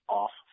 off